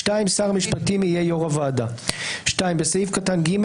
שר המשפטים יהיה יושב ראש הוועדה."; בסעיף קטן (ג),